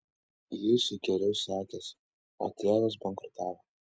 juzei geriau sekėsi o tėvas bankrutavo